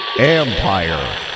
Empire